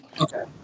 Okay